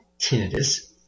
tinnitus